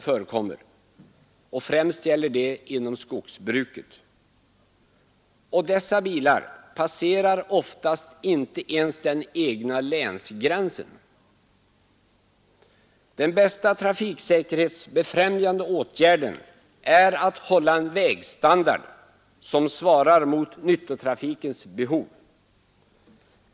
Främst gäller det inom skogsbruket. Dessa bilar passerar oftast inte ens den egna länsgränsen. Den bästa trafiksäkerhetsbefrämjande åtgärden är att hålla en vägstandard som svarar mot nyttotrafikens behov.